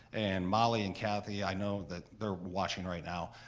and molly and kathy, i know that they're watching right now.